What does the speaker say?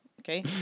Okay